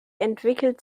entwickelt